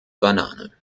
banane